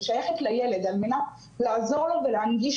היא שייכת לילד על מנת לעזור לו ולהנגיש